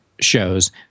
shows